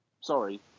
Sorry